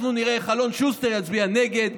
אנחנו נראה איך אלון שוסטר יצביע נגד,